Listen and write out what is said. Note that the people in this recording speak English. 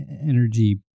energy